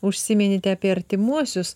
užsiminėte apie artimuosius